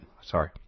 Sorry